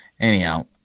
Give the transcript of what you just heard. Anyhow